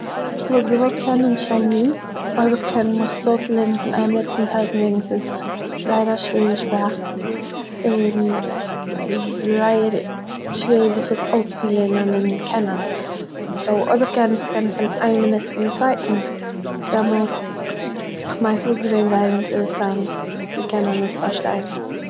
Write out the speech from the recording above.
איך וואלט געואלט קענען טשייניז, אויב איך קען צו לעבן פון איין מינוט צום צווייטן וועגן ס'איז זייער א שווערע שפראך, און ס'איז זייער שווער זיך עס אויסצולערנען און קענען, סו, אויב איך קען עס לערנען פון איין מינוט צום צווייטן, דעמאלטס, כ'מיין זייער אינטערעסאנט צו קענען עס פארשטיין